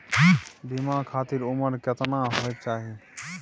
बीमा खातिर उमर केतना होय चाही?